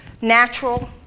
natural